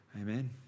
Amen